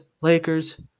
Lakers